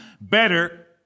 better